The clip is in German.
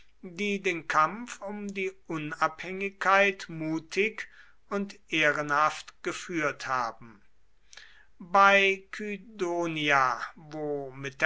die den kampf um die unabhängigkeit mutig und ehrenhaft geführt haben bei kydonia wo